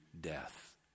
death